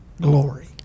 glory